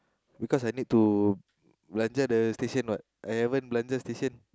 because I need to belanja the station what I haven't belanja station